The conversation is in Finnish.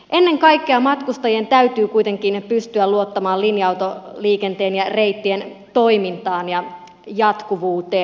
ennen kaikkea matkustajien täytyy kuitenkin pystyä luottamaan linja autoliikenteen ja reittien toimintaan ja jatkuvuuteen